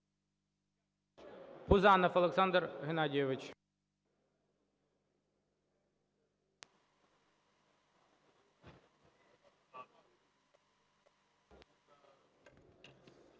Пузанов Олександр Геннадійович.